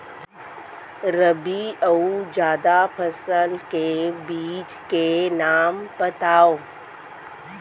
रबि अऊ जादा फसल के बीज के नाम बताव?